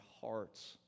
hearts